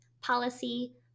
policy